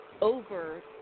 over